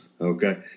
Okay